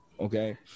Okay